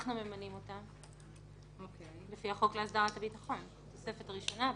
ש': את ממנה את המאבטחים לפי פרט (3) בסעיף 2 שבתוספת הראשונה.